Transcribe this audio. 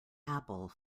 apple